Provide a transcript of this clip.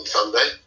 Sunday